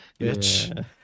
bitch